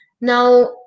Now